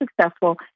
successful